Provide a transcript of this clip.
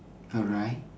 alright